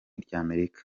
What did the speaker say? ry’amerika